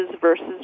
versus